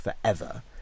forever